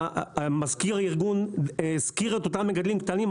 מזכיר הארגון הזכיר את אותם מגדלים קטנים,